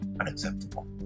unacceptable